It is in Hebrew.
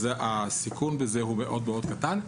אז הסיכון בכך הוא מאוד קטן.